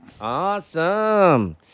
Awesome